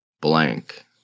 blank